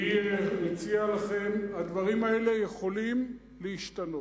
אני מציע לכם, הדברים האלה יכולים להשתנות.